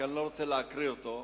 כי אני לא רוצה להקריא אותו.